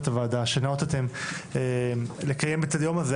הוועדה שאתם ניאותם לקיים את הדיון הזה.